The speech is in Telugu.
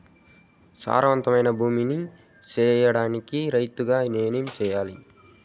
సారవంతమైన భూమి నీ సేయడానికి రైతుగా ఏమి చెయల్ల?